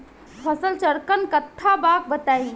फसल चक्रण कट्ठा बा बताई?